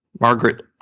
Margaret